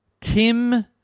Tim